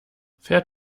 fährt